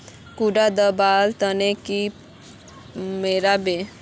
कुंडा दाबा दिले कीड़ा मोर बे?